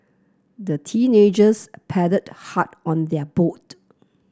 the teenagers paddled hard on their boat